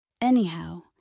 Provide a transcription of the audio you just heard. Anyhow